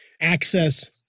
access